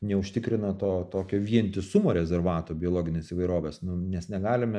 neužtikrina to tokio vientisumo rezervato biologinės įvairovės nes negalime